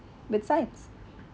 with science